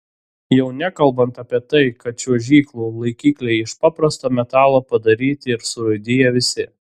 jau nekalbant apie tai kad čiuožyklų laikikliai iš paprasto metalo padaryti ir surūdiję visi